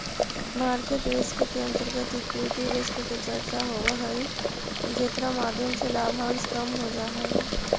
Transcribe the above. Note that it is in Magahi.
मार्केट रिस्क के अंतर्गत इक्विटी रिस्क के चर्चा होवऽ हई जेकरा माध्यम से लाभांश कम हो जा हई